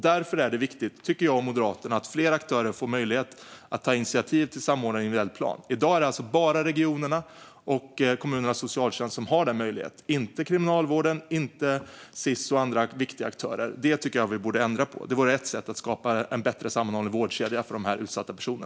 Därför är det viktigt, tycker jag och Moderaterna, att fler aktörer får möjlighet att ta initiativ till samordnad individuell plan. I dag är det alltså bara regionerna och kommunernas socialtjänst som har denna möjlighet, inte kriminalvården och inte Sis och andra viktiga aktörer. Det tycker jag att vi borde ändra på. Det vore ett sätt att skapa en bättre sammanhållen vårdkedja för dessa utsatta personer.